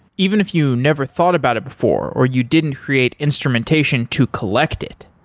even if you never thought about it before or you didn't create instrumentation to collect it,